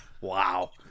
Wow